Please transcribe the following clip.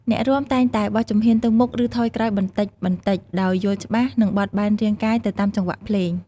អ្នករាំតែងតែបោះជំហានទៅមុខ ឬថយក្រោយបន្តិចៗ ដោយយល់ច្បាស់ និងបត់បែនរាងកាយទៅតាមចង្វាក់ភ្លេង។